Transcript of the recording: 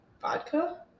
vodka